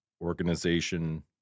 organization